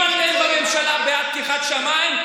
אם אתם בממשלה בעד פתיחת השמיים,